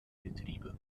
betriebe